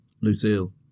Lucille